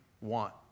want